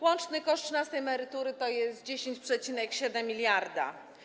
Łączny koszt trzynastej emerytury to jest 10,7 mld.